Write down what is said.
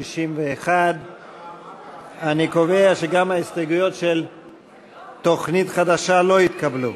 61. אני קובע שגם ההסתייגויות של תוכנית חדשה לא התקבלו.